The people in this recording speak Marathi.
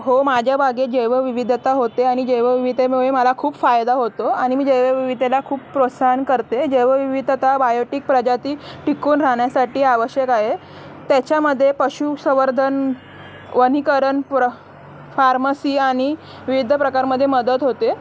हो माझ्या बागेत जेवविविधता होते आणि जेवविदेमुळे मला खूप फायदा होतो आणि मी जैवविदेला खूप प्रोत्साहन करते जेवविविधता बायोटिक प्रजाती टिकून राहण्यासाठी आवश्यक आहे त्याच्यामध्ये पशुसवर्धन वनिकरण प्र फार्मसी आणि विविध प्रकारमध्ये मदत होते